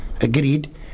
agreed